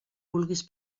vulguis